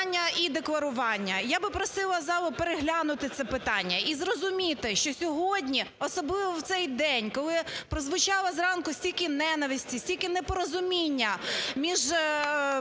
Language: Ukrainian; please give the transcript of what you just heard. питання е-декларування, я би просила залу переглянути це питання, і зрозуміти, що сьогодні, особливо в цей день, коли прозвучало зранку стільки ненависті, стільки непорозуміння між